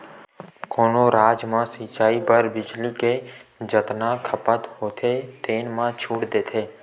कोनो राज म सिचई बर बिजली के जतना खपत होथे तेन म छूट देथे